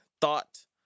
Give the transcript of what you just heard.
thought